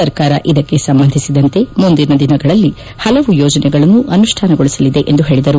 ಸರ್ಕಾರ ಇದಕ್ಕೆ ಸಂಬಂಧಿಸಿದಂತೆ ಮುಂದಿನ ದಿನಗಳಲ್ಲಿ ಹಲವು ಯೋಜನೆಗಳನ್ನು ಅನುಷ್ಠಾನಗೊಳಿಸಲಿದೆ ಎಂದು ಹೇಳಿದರು